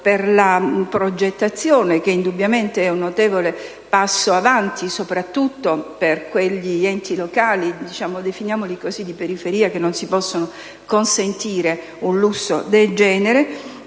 per la progettazione, che indubbiamente è un notevole passo avanti, soprattutto per quegli enti locali cosiddetti di periferia, che non si possono consentire un lusso del genere.